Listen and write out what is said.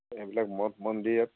এইবিলাক মঠ মন্দিৰ ইয়াত